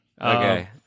Okay